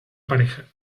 pareja